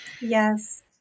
Yes